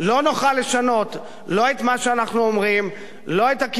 לשנות לא את מה שאנחנו אומרים ולא את הכיוון.